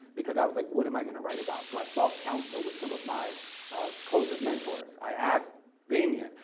because i was like, what am i gonna write about? so i sought council with some of my closest mentors. i asked damien,